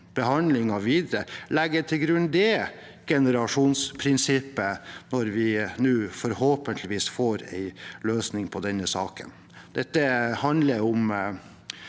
behandlingen videre legger til grunn det generasjonsprinsippet når vi nå forhåpentligvis får en løsning på denne saken. Dette handler om